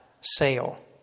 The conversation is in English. sale